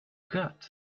got